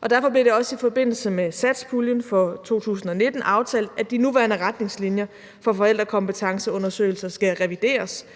Og derfor blev det også i forbindelse med satspuljen for 2019 aftalt, at de nuværende retningslinjer for forældrekompetenceundersøgelser skal revideres